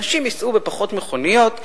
אנשים ייסעו בפחות מכוניות,